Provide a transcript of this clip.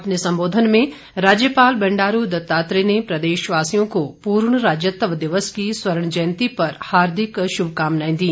अपने संबोधन में राज्यपाल बंडारू दत्तात्रेय ने प्रदेशवासियों को पूर्ण राज्यत्व दिवस की स्वर्ण जयंती पर हार्दिक शुभकामनाएं दी